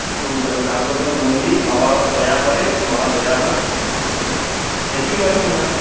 খুব জাগ্রত মন্দির বাবাও দয়া করে বাবার দয়া হয় দেখি এবার কি হয়